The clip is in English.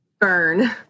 Burn